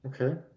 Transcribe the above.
Okay